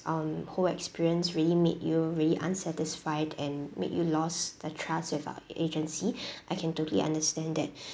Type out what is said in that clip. um whole experience really made you really unsatisfied and make you lost the trust with our a~ agency I can totally understand that